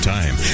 Time